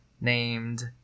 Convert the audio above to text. named